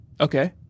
Okay